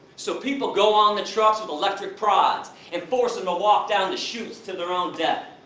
so people go on the trucks with electric prods and force them to walk down the chutes to their own deaths.